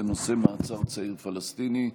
בנושא: מעצר צעיר פלסטיני.